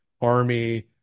Army